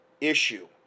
issue